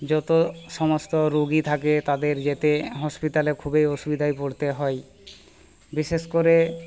যতো সমস্ত রুগী থাকে তাদের যেতে হসপিটালে খুবই অসুবিধায় পড়তে হয় বিশেষ করে